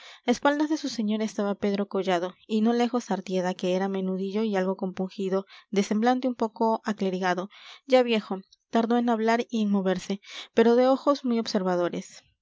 a espaldas de su señor estaba pedro collado y no lejos artieda que era menudillo y algo compungido de semblante un poco aclerigado ya viejo tardo en hablar y en moverse pero de ojos muy observadores